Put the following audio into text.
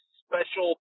special